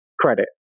credit